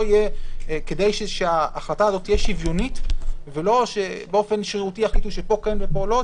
כדי שההחלטה תהיה שוויונית ולא באופן שרירותי יחליטו שפה כן ופה לא,